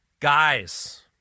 Guys